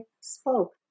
spoke